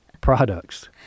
products